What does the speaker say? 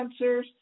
sensors